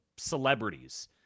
celebrities